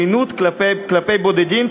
עוינות כלפי בודדים,